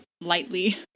lightly